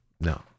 No